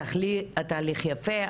התהליך יפה,